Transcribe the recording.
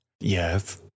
Yes